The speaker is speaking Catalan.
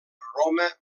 roma